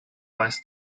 weist